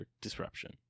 disruption